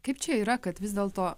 kaip čia yra kad vis dėl to